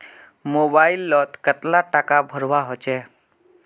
Mobile लोत कतला टाका भरवा होचे?